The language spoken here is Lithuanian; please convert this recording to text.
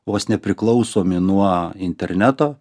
vos ne priklausomi nuo interneto